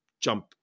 jump